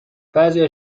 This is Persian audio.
بعضیا